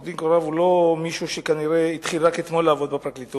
כנראה עורך-דין קורב הוא לא מישהו שהתחיל רק אתמול לעבוד בפרקליטות,